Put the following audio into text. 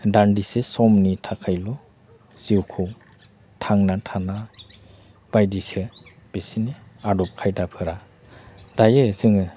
दान्दिसे समनि थाखायल' जिउखौ थांनानै थानाय बायदिसो बिसोरनि आदब खायदाफोरा दायो जोङो